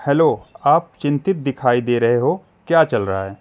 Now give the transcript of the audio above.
hello आप चिंतित दिखाई दे रहे हो क्या चल रहा है